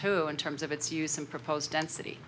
two in terms of its use and proposed density